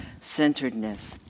centeredness